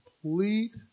complete